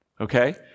Okay